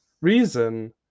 reason